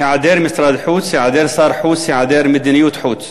היעדר משרד חוץ, היעדר שר חוץ, היעדר מדיניות חוץ.